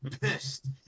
pissed